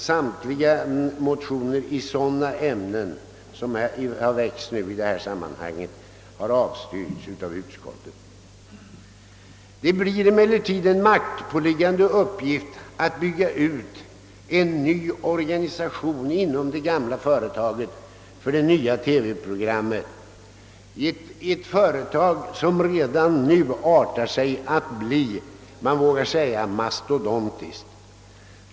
Samtliga motioner som i detta sammanhang väckts i sådana ämnen har också avstyrkts av utskottet. Det blir emellertid en maktpåliggan de uppgift att bygga ut en organisation för det nya TV-programmet inom det gamla företaget, ett företag som redan nu artar sig att bli, man vågar säga mastodontiskt.